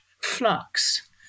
flux